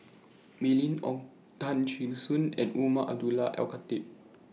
Mylene Ong Tay Kheng Soon and Umar Abdullah Al Khatib